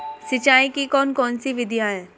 सिंचाई की कौन कौन सी विधियां हैं?